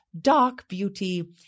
dark-beauty